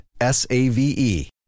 S-A-V-E